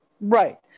Right